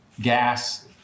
gas